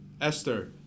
esther